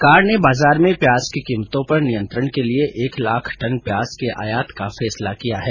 सरकार ने बाजार में प्याज की कीमतों पर नियंत्रण के लिए एक लाख टन प्याज के आयात का निर्णय लिया है